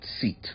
seat